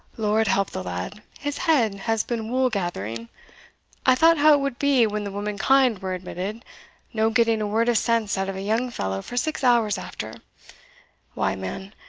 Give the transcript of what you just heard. lord help the lad, his head has been wool-gathering i thought how it would be when the womankind were admitted no getting a word of sense out of a young fellow for six hours after why, man,